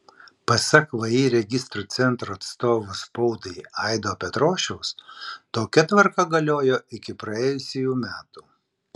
pasak vį registrų centro atstovo spaudai aido petrošiaus tokia tvarka galiojo iki praėjusių metų